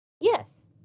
Yes